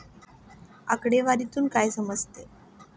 आकडेवारीतून काय समजते?